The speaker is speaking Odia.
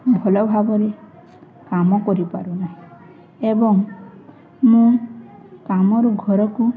ଭଲ ଭାବରେ କାମ କରିପାରୁ ନାହିଁ ଏବଂ ମୁଁ କାମରୁ ଘରକୁ